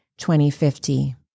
2050